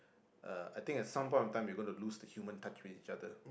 uh I think at some point of time we gonna lose the human touch with each other